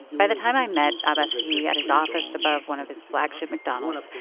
by the time i met abbassi at his office above one of his flagship mcdonald's,